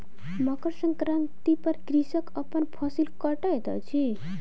मकर संक्रांति पर कृषक अपन फसिल कटैत अछि